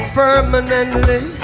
permanently